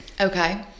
Okay